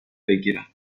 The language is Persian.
بگیرم